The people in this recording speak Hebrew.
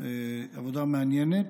היא עבודה מעניינת.